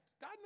God